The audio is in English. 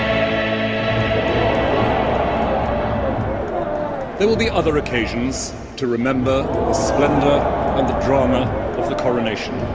um there will be other occasions to remember the splendour and the drama of the coronation.